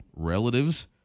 Relatives